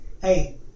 hey